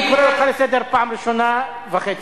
אני קורא אותך לסדר פעם ראשונה וחצי.